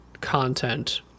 content